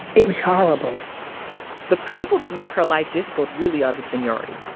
it was horrible the people that make her life difficult really are the seniority.